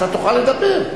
אתה תוכל לדבר.